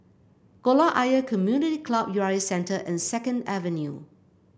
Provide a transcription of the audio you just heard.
Kolam Ayer Community Club U R A Centre and Second Avenue